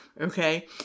okay